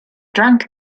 drank